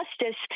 justice